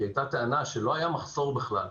כי הייתה טענה שלא היה מחסור בכלל.